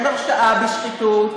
אין הרשעה בשחיתות.